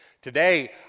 today